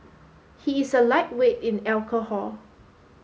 he is a lightweight in alcohol